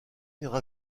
viendra